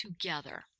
together